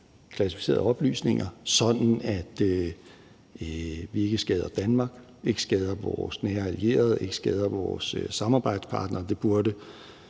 klassificerede oplysninger, sådan at vi ikke skader Danmark, ikke skader vores nære allierede, ikke skader vores samarbejdspartnere.